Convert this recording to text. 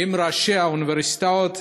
האוניברסיטאות